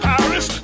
Paris